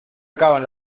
acaban